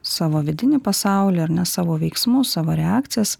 savo vidinį pasaulį ar ne savo veiksmus savo reakcijas